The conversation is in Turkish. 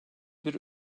bir